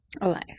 alive